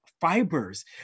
fibers